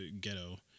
Ghetto